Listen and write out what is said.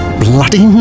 bloody